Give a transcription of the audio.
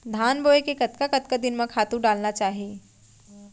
धान बोए के कतका कतका दिन म खातू डालना चाही?